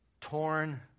torn